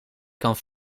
kan